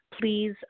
please